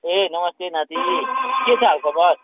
ए नमस्ते नाति के छ हाल खबर